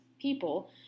people